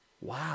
Wow